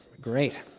great